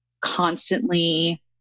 constantly